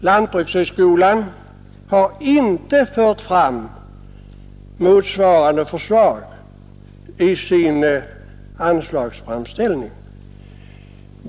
Lantbrukshögskolan har inte fört fram motsvarande förslag i sin anslagsframställning.